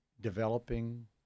developing